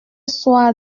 soir